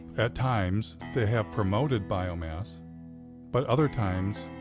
at times, they have promoted biomass but other times,